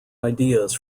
ideas